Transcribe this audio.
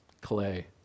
clay